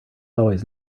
always